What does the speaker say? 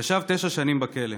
הוא ישב תשע שנים בכלא.